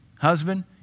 husband